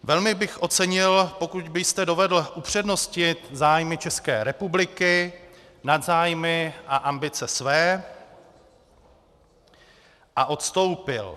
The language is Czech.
Velmi bych ocenil, pokud byste dovedl upřednostnit zájmy České republiky nad své zájmy a ambice a odstoupil.